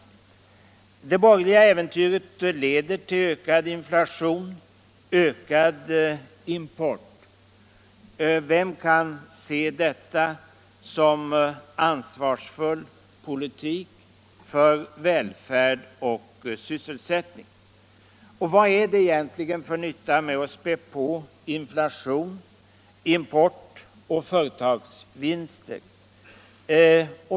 Det borgerliga äventyret leder till ökad inflation, ökad import. Vem kan se detta som ansvarsfull politik för välfärd och sysselsättning? Och vad är det egentligen för nytta med att späda på import och företagsvinster?